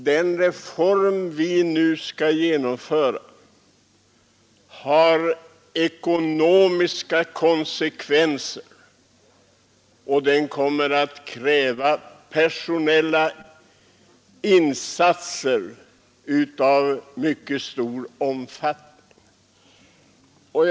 Den reform vi nu skall genomföra har ekonomiska konsekvenser, och den kommer att kräva personella insatser av mycket stor omfattning.